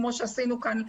כמו שעשינו כאן,